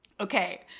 okay